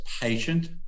patient